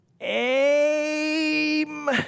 aim